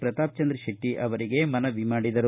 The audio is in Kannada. ಪ್ರತಾಪಚಂದ್ರ ಶೆಟ್ಟಿ ಅವರಿಗೆ ಮನವಿ ಮಾಡಿದರು